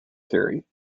theory